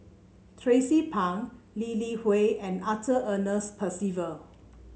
Tracie Pang Lee Li Hui and Arthur Ernest Percival